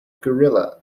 gorilla